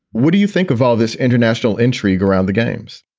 what do you think of all this international intrigue around the games?